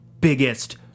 biggest